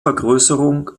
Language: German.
vergrößerung